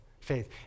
faith